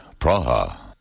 Praha